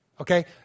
Okay